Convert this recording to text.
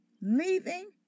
leaving